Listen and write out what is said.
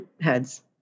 heads